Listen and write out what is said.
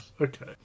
Okay